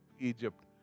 Egypt